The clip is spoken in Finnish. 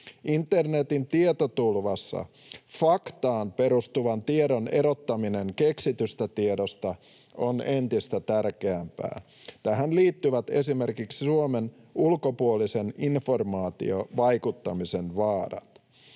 Internetin tietotulvassa faktaan perustuvan tiedon erottaminen keksitystä tiedosta on entistä tärkeämpää. Tähän liittyvät esimerkiksi Suomen ulkopuolisen informaatiovaikuttamisen vaarat.